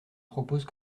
propose